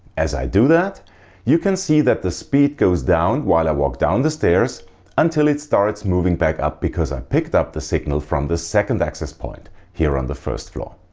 as i do that you can see that the speed goes down while i walk down the stairs until it starts moving back up because i picked up the signal from the second access point here on the first floor.